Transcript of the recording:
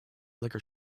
liquor